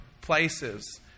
places